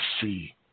see